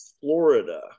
Florida